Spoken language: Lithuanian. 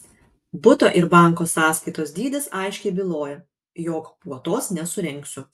buto ir banko sąskaitos dydis aiškiai byloja jog puotos nesurengsiu